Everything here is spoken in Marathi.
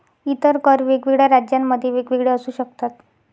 इतर कर वेगवेगळ्या राज्यांमध्ये वेगवेगळे असू शकतात